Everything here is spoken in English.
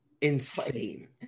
insane